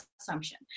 assumption